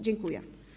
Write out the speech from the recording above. Dziękuję.